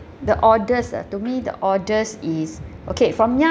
the oddest ah to me the oddest is okay from young